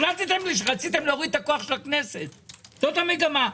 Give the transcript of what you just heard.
כי רציתם להוריד את הכוח של הכנסת, זאת המגמה.